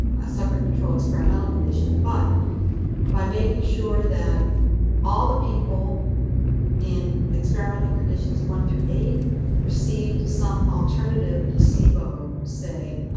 a separate control experimental condition, but by making sure that all the people in experimental conditions one through eight received some alternative placebo, say,